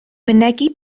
mynegi